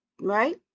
Right